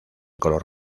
color